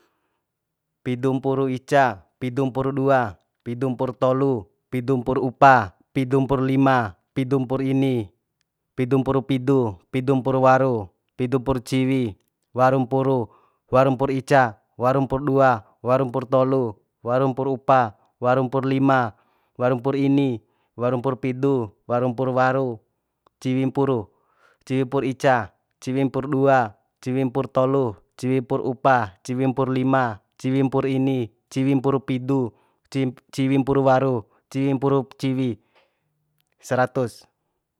Pidu mpuru ica pidu mpur dua pidu mpur tolu pidu mpur upa pidu mpur lima pidu mpur ini pidu mpur pidu pidu mpur waru pidu mpur ciwi waru mpuru waru mpur ica waru mpur dua waru mpur tolu waru mpur upa waru mpur lima waru mpur ini waru mpur pidu waru mpur waru ciwi mpuru ciwi mpur ica ciwi mpur dua ciwi mpur tolu ciwi mpur upa ciwi mpur lima ciwi mpur ini ciwi mpur pidu ciwi mpur waru ciwi mpur ciwi saratus